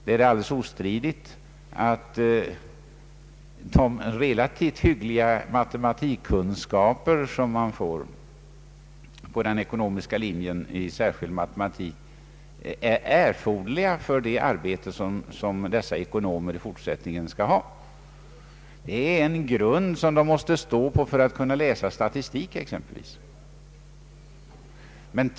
Det är alldeles ostridigt att de relativt hyggliga matematikkunskaper som man får i särskild matematik på den ekonomiska linjen är erforderliga i det arbete som dessa ekonomer i fortsättningen skall ha. Det är en grund man måste stå på för att kunna läsa exempelvis statistik.